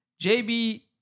JB